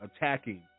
attacking